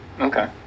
Okay